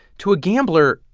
to a gambler,